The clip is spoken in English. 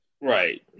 Right